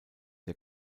der